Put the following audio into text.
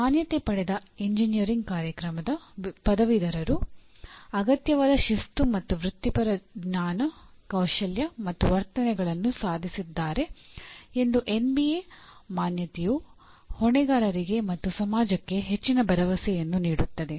ಮಾನ್ಯತೆ ಪಡೆದ ಎಂಜಿನಿಯರಿಂಗ್ ಕಾರ್ಯಕ್ರಮದ ಪದವೀಧರರು ಅಗತ್ಯವಾದ ಶಿಸ್ತು ಮತ್ತು ವೃತ್ತಿಪರ ಜ್ಞಾನ ಕೌಶಲ್ಯ ಮತ್ತು ವರ್ತನೆಗಳನ್ನು ಸಾಧಿಸಿದ್ದಾರೆ ಎಂದು ಎನ್ಬಿಎ ಮಾನ್ಯತೆಯು ಹೊಣೆಗಾರರಿಗೆ ಮತ್ತು ಸಮಾಜಕ್ಕೆ ಹೆಚ್ಚಿನ ಭರವಸೆಯನ್ನು ನೀಡುತ್ತದೆ